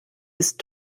ist